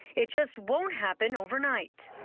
it just won't happen overnight.